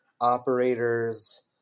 operators